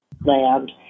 land